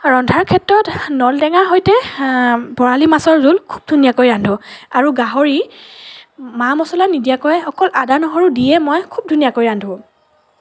ৰন্ধাৰ ক্ষেত্ৰত নল টেঙাৰ সৈতে বৰালি মাছৰ জোল খুব ধুনীয়াকৈ ৰান্ধো আৰু গাহৰি মা মছলা নিদিয়াকৈ অকল আদা নহৰু দিয়ে মই খুব ধুনীয়াকৈ ৰান্ধো